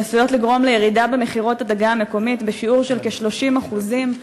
שעשויות לגרום לירידה בשיעור של כ-30% במכירות הדגה המקומית,